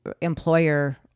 employer